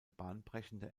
bahnbrechende